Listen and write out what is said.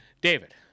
David